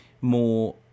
more